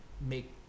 make